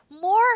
more